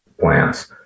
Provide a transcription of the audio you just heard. plants